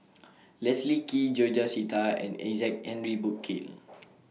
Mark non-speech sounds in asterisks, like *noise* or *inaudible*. *noise* Leslie Kee George Sita and Isaac Henry Burkill